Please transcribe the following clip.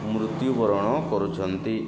ମୃତ୍ୟୁବରଣ କରୁଛନ୍ତି